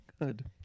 Good